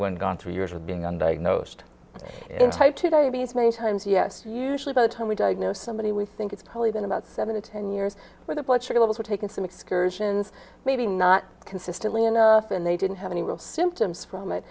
went on three years of being undiagnosed and type two diabetes many times yes usually by the time we diagnose somebody we think it's probably been about seven to ten years where the blood sugar levels were taken some excursions maybe not consistently enough and they didn't have any real symptoms from it